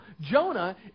Jonah